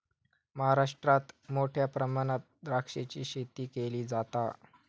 महाराष्ट्रात मोठ्या प्रमाणात द्राक्षाची शेती केली जाता